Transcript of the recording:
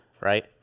right